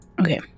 Okay